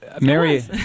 Mary